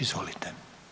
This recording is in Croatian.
Izvolite.